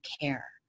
care